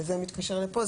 וזה מתקשר לפה,